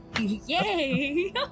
Yay